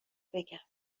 بگم